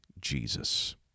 Jesus